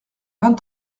vingt